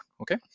Okay